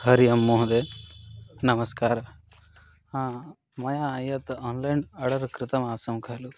हरिः ओम् महोदय नमस्कारः मया यत् आन्लैन् आर्डर् कृतमासं खलु